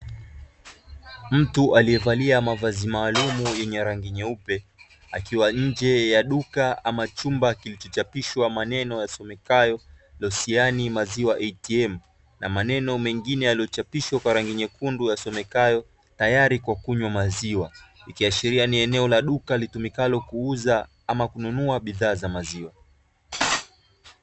Mtu aliyevalia mavazi maalumu yenye rangi nyeupe, akiwa nje ya duka ama chumba kilichochapishwa maneno yasomekayo “Losiani milk ATM” na maneno mengine yaliyochapishwa kwa rangi nyekundu yasomekayo “Ready to drink milk”, ikiashiria ni eneo la duka litumikalo kuuza ama kununua bidhaa za maziwa.